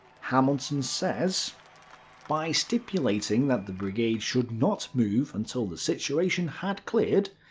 hamilton says by stipulating that the brigade should not move until the situation had cleared,